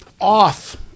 Off